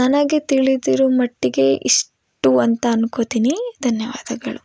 ನನಗೆ ತಿಳಿದಿರು ಮಟ್ಟಿಗೆ ಇಷ್ಟು ಅಂತ ಅನ್ಕೊತಿನಿ ಧನ್ಯವಾದಗಳು